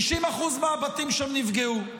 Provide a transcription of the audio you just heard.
90% מהבתים שם נפגעו.